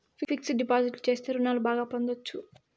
fixed deposit చేస్తే రుణాలు బాగా పొందొచ్చు